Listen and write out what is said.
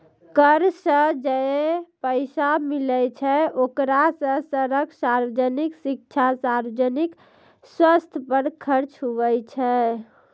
कर सं जे पैसा मिलै छै ओकरा सं सड़क, सार्वजनिक शिक्षा, सार्वजनिक सवस्थ पर खर्च हुवै छै